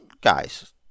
Guys